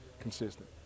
consistent